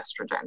estrogen